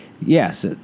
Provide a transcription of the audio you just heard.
yes